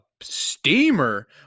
steamer